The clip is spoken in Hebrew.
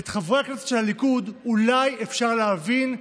את חברי הכנסת של הליכוד אולי אפשר להבין,